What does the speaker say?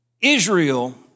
Israel